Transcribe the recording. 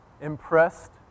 impressed